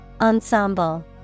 Ensemble